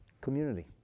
community